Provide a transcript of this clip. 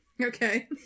Okay